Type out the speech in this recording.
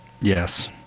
yes